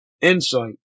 insight